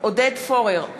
עודד פורר,